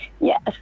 Yes